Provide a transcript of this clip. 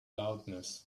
loudness